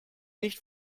nicht